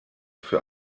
für